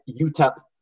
UTEP